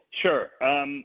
Sure